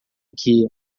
que